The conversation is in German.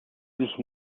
sich